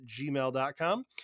gmail.com